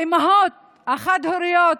האימהות החד-הוריות,